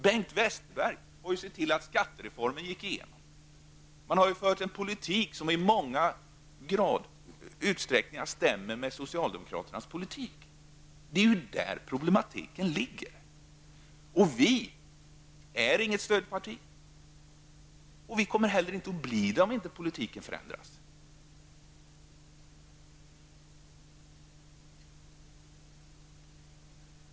Bengt Westerberg såg ju till att skattereformen gick igenom. Man har fört en politik som i stor utsträckning stämmer med socialdemokraternas politik. Det är där problematiken ligger. Vi i miljöpartiet är inget stödparti. Vi kommer inte heller att bli det, om inte politiken förändras.